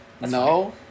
No